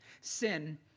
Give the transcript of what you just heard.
Sin